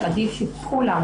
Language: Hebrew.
שעדיף שכולם,